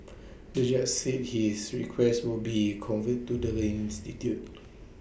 the judge said his request would be conveyed to the institute